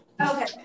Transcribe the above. Okay